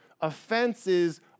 Offenses